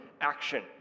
action